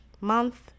month